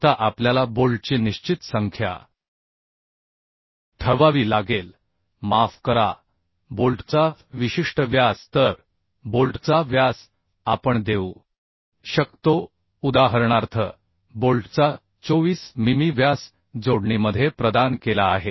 आता आपल्याला बोल्टची निश्चित संख्या ठरवावी लागेल माफ करा बोल्टचा विशिष्ट व्यास तर बोल्टचा व्यास आपण देऊ शकतो उदाहरणार्थ बोल्टचा 24 मिमी व्यास जोडणीमध्ये प्रदान केला आहे